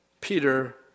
Peter